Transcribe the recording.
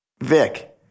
Vic